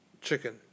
chicken